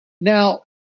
Now